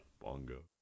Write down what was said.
Bongo